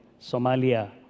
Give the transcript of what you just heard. Somalia